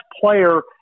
player